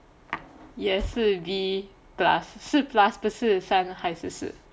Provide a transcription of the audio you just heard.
也是 B plus 是 plus 不是三还是四